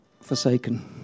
forsaken